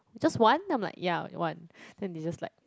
just one I'm like ya one then they just like